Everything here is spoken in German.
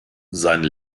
seinen